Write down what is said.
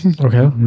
Okay